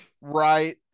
right